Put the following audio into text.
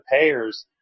payers